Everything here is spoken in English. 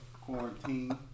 quarantine